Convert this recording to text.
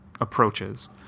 approaches